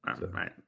right